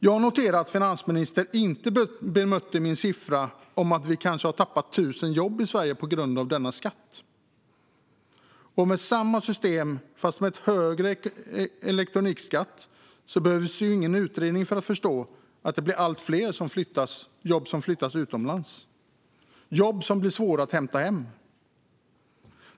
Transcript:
Jag noterar att finansministern inte bemötte mitt påpekande att vi kanske har tappat 1 000 jobb i Sverige på grund av denna skatt. Med samma system men högre elektronikskatt behöver vi ingen utredning för att förstå att allt fler jobb flyttas utomlands - jobb som blir svåra att hämta hem igen.